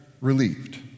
relieved